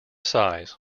size